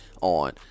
on